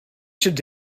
should